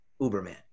Uberman